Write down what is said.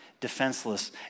defenseless